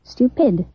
Stupid